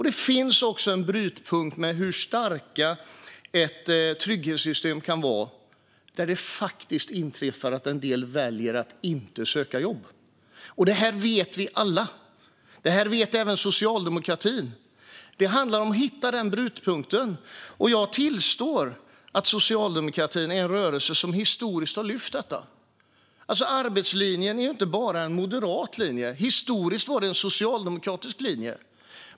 Det finns också en brytpunkt för hur starkt ett trygghetssystem kan vara innan det inträffar att en del väljer att inte söka jobb. Det här vet vi alla, även socialdemokratin. Det handlar om att hitta denna brytpunkt. Jag tillstår att socialdemokratin är en rörelse som historiskt har lyft fram detta. Arbetslinjen är inte bara en moderat linje, utan historiskt var det en socialdemokratisk linje.